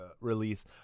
release